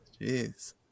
Jeez